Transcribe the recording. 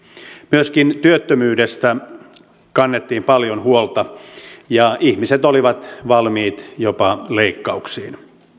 myöskin työttömyydestä kannettiin paljon huolta ja ihmiset olivat valmiit jopa leikkauksiin